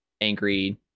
angry